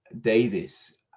Davis